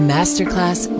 Masterclass